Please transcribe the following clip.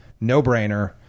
No-brainer